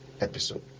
episode